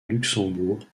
luxembourg